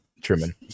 Truman